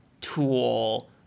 tool